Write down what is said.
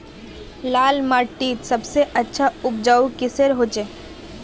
लाल माटित सबसे अच्छा उपजाऊ किसेर होचए?